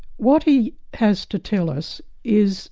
what he has to tell us is